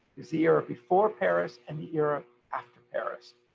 was the era before paris, and the era after paris.